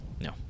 no